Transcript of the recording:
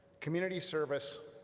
community service,